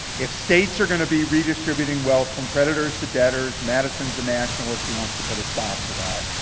if states are going to be redistributing wealth from creditors to debtors, madison's a nationalist, he wants to put a stop to that.